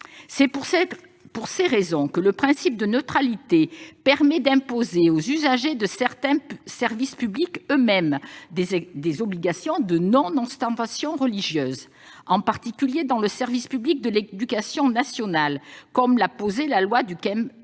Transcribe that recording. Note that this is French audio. C'est pour ces raisons que le principe de neutralité permet d'imposer aux usagers de certains services publics eux-mêmes des obligations de non-ostentation religieuse. C'est le cas en particulier dans le service public de l'éducation nationale, comme l'a posé la loi du 15